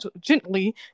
gently